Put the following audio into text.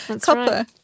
Copper